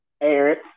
Eric